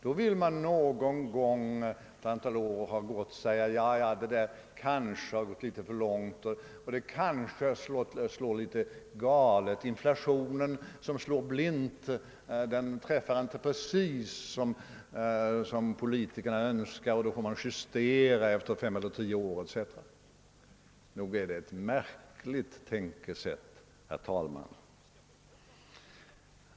Då kanske man på sin höjd efter ett antal år säger att det har gått litet för långt och att inflationen som slår blint inte träffar precis som politikerna önskar och att man därför måste justera skatteskalorna. Nog är detta ett märkligt tänkesätt, herr talman!